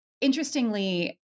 Interestingly